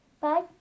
Bye